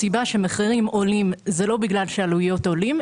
הסיבה שהמחירים עולים היא לא בגלל שהעלויות עולות,